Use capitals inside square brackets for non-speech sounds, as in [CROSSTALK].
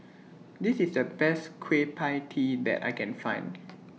This IS The Best Kueh PIE Tee that I Can Find [NOISE]